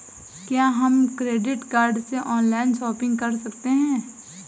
क्या हम credit card से ऑनलाइन शॉपिंग कर सकते हैं?